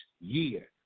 year